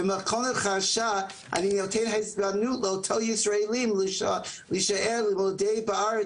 -- אני נותן הזדמנות לאותם ישראלים להישאר ללמוד בארץ